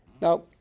Now